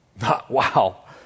Wow